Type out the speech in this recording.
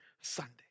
Sunday